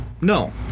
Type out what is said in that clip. no